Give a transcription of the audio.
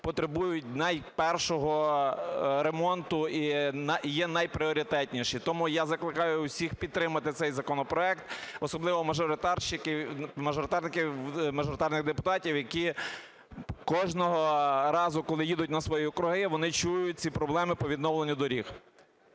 потребують найпершого ремонту і є найпріоритетніші. Тому я закликаю усіх підтримати цей законопроект, особливо мажоритарних депутатів, які кожного разу, коли їдуть на свої округи, вони чують ці проблеми по відновленню доріг.